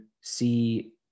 see